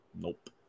nope